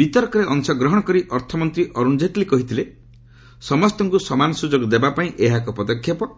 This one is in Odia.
ବିତର୍କରେ ଅଂଶଗ୍ରହଣ କରି ଅର୍ଥମନ୍ତ୍ରୀ ଅରୁଣ ଜେଟଲୀ କହିଥିଲେ ସମସ୍ତଙ୍କୁ ସମାନ ସୁଯୋଗ ଦେବା ପାଇଁ ଏହା ଏକ ପଦକ୍ଷେପ